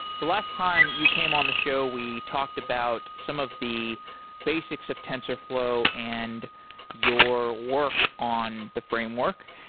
the last time you came on the show, we talked about some of the basics of tensorflow and your work on the framework.